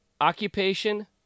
occupation